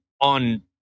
on